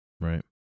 Right